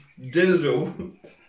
Dildo